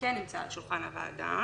שכן נמצא על שולחן הוועדה,